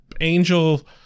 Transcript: angel